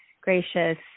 gracious